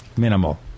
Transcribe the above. Minimal